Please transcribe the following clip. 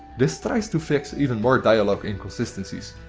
this tries to fix even more dialogue inconsistencies.